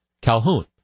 Calhoun